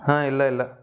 ಹಾಂ ಇಲ್ಲ ಇಲ್ಲ